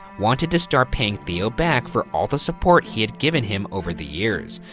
wanted to start paying theo back for all the support he had given him over the years.